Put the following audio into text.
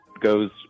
goes